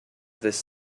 this